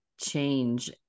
change